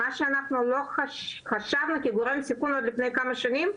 מה שאנחנו חשבנו שהוא לא גורם סיכון לפני כמה שנים,